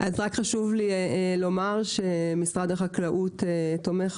רק חשוב לי לומר שמשרד החקלאות תומך